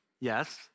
Yes